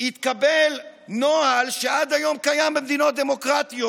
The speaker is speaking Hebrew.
התקבל נוהל שעד היום קיים במדינות דמוקרטיות,